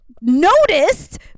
noticed